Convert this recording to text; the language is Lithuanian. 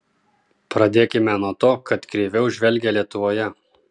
pradėkime nuo to kad kreiviau žvelgia lietuvoje